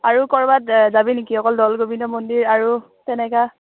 আৰু ক'ৰবাত যাবি নেকি অকল দৌল গোবিন্দ মন্দিৰ আৰু তেনেকুৱা